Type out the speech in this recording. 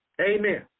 Amen